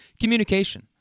communication